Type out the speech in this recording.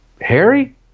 Harry